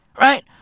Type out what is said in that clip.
Right